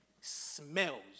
smells